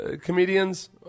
comedians